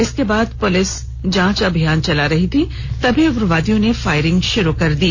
इसके बाद पुलिस जांच अभियान चला रही थी तभी उग्रवादियों ने फायरिंग शुरू कर दी